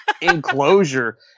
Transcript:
enclosure